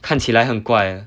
看起来很怪